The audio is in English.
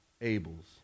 Abel's